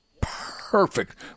Perfect